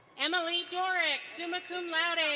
emily dorick, summa cum laude.